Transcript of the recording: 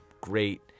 great